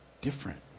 different